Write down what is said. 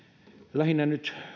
lähinnä nyt